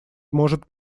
может